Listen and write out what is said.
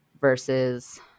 versus